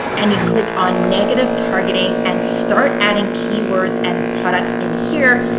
and you click on negative targeting and start adding keywords and products in here,